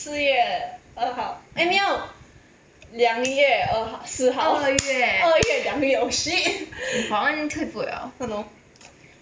四月二号 eh 没有两月二号四号而月亮流 shit 真的哦